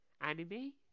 Anime